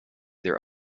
their